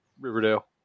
Riverdale